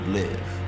live